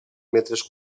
metres